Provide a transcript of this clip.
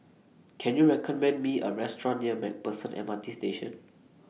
Can YOU recommend Me A Restaurant near MacPherson M R T Station